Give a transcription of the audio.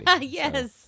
Yes